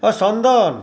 অঁ চন্দন